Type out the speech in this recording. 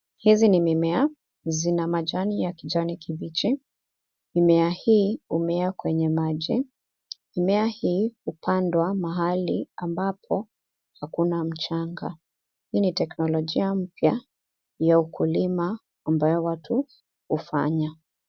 Hizi ni mimea. Zina majani ya kijani kibichi . Mimea hii humea kwenye maji. Mimea hii hupandwa mahali ambapo hakuna mchanga. Hii ni teknolojia mpya ya ukulima ambayo watu hufanya.